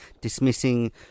dismissing